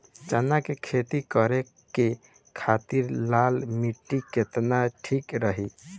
चना के खेती करे के खातिर लाल मिट्टी केतना ठीक रही?